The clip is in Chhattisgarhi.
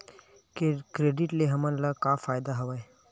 क्रेडिट ले हमन ला का फ़ायदा हवय?